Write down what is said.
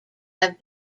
have